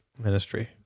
ministry